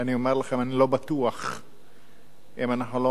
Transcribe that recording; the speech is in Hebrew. אני אומר לכם שאני לא בטוח אם אנחנו לא